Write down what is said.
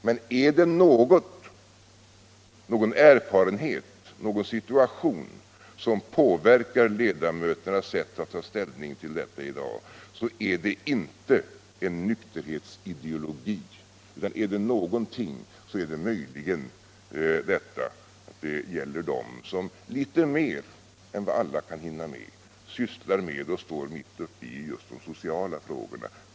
Men är det någon erfarenhet, någon situation som påverkar ledamöternas ställningstagande i den fråga vi diskuterar i dag, så är det inte en nykterhetsideologi utan möjligen de erfarenheter som de har, som — litet mer än vad alla kan hinna med — sysslar med och står mitt uppe i de sociala frågorna.